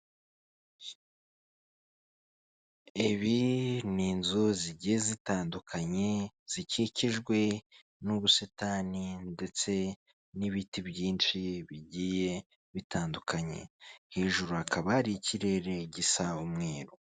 Ibi ni inzu zigiye zitandukanye zikikijwe n'ubusitani ndetse n'ibiti byinshi bigiye bitandukanye, hejuru hakaba hari ikirere gisa umweru.